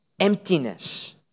Emptiness